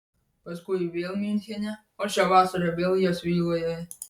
paskui vėl miunchene o šią vasarą vėl jos viloje